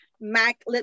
mac